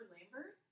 Lambert